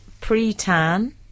pre-tan